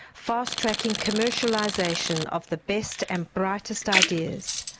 fast-tracking commercialisation of the best and brightest ideas.